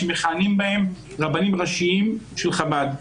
שמכהנים בהם רבנים ראשיים של חב"ד.